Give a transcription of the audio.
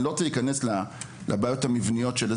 אני לא רוצה להיכנס לבעיות המבניות אלא